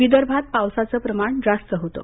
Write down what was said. विदर्भात पावसाचं प्रमाण जास्त होतं